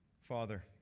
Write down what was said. Father